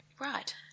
Right